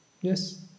Yes